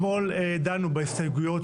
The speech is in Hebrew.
אני פותח את הישיבה,